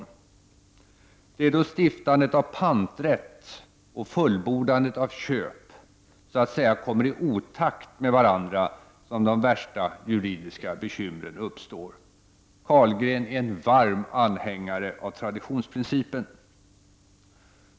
Det är då stiftandet av panträtt och fullbordandet av köp så att säga kommer i otakt med varandra som de värsta juridiska bekymren uppstår. Karlgren är en varm anhängare av traditionsprincipen.